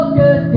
good